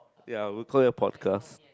ya we will call it a podcast